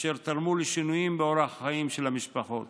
והן תרמו לשינויים באורח החיים של המשפחות.